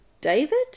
David